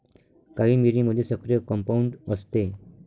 काळी मिरीमध्ये सक्रिय कंपाऊंड असते